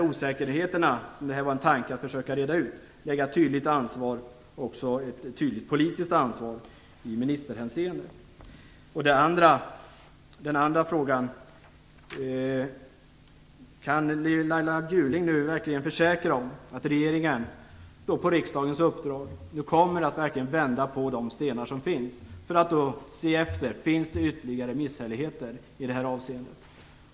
Tanken var att försöka reda ut detta och fastlägga ett tydligt politiskt ansvar i ministerhänseende. Den andra frågan är: Kan Laila Bjurling nu försäkra att regeringen på riksdagens uppdrag verkligen kommer att vända på de stenar som finns för att se efter om det finns ytterligare misshälligheter i detta avseende?